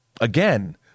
again